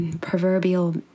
proverbial